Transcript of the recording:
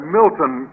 Milton